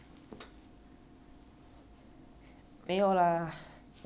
没有啦我的猫的我的猫的更美 lah